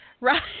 right